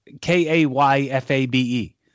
k-a-y-f-a-b-e